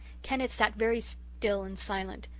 kenneth sat very still and silent,